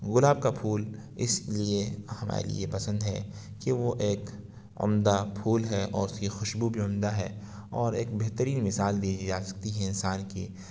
گلاب کا پھول اس لیے ہمارے لیے پسند ہے کہ وہ ایک عمدہ پھول ہے اور اس کی خوشبو بھی عمدہ ہے اور ایک بہترین مثال دی جا سکتی ہے انسان کی